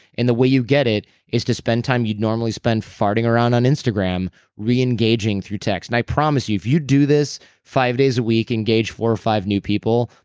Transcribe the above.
and the way you get it is to spend time you'd normally spend farting around on instagram reengaging through text and i promise you. if you do this five days a week, engage four or five new people,